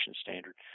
standard